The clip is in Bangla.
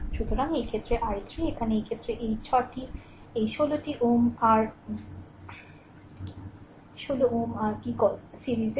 সুতরাং এক্ষেত্রে i3 এখানে এই ক্ষেত্রে এই 6 টি এই 16 Ω r কী কল সিরিজে